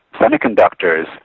semiconductors